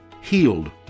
healed